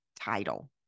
title